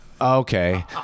okay